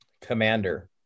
Commander